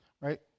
right